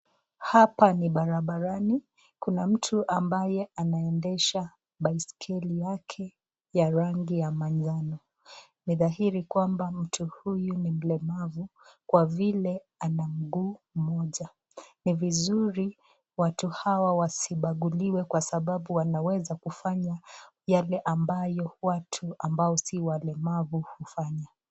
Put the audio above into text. Hapa ni barabarani kuna mtu ambaye anaendesha baiskeli yake ya rangi ya manjano, ni dhahiri kwamba mtu huyu ni mlemavu kwa vile ana mguu mmoja, ni vizuri watu hawa wasipakuliwe kwa sababu wanaweza kufanya yale ambayo watu si walemavu hufanya.